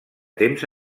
temps